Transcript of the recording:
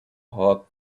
heart